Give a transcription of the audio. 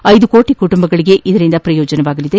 ಐದು ಕೋಟಿ ಕುಟುಂಬಗಳಿಗೆ ಇದು ಪ್ರಯೋಜನವಾಗಲಿದೆ